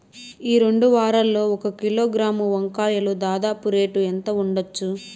ఈ రెండు వారాల్లో ఒక కిలోగ్రాము వంకాయలు దాదాపు రేటు ఎంత ఉండచ్చు?